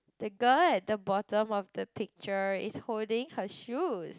that girl at the bottom of the picture is holding her shoes